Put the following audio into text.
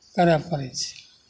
करय पड़ै छै